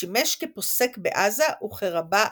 שכיהן כפוסק בעזה, וכרבה הראשי.